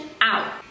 out